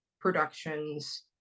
productions